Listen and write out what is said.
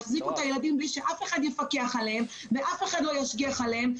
יחזיקו את הילדים בלי שאף אחד יפקח עליהם או ישגיח עליהם,